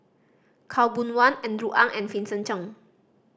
Khaw Boon Wan Andrew Ang and Vincent Cheng